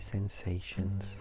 sensations